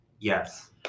Yes